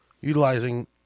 utilizing